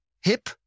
hip